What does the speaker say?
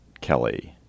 Kelly